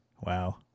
Wow